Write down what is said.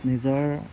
নিজৰ